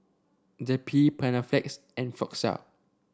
Zappy Panaflex and Floxia